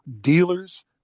dealers